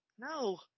no